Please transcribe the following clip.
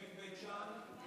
לא הבנתי את הקשר, אתה